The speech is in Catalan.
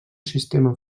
sistema